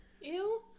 Ew